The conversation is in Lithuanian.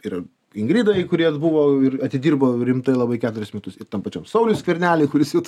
ir ingridai kuri atbuvo ir atidirbo rimtai labai keturis metus ir tam pačiam sauliui skverneliui kuris jau